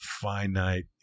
finite